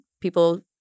people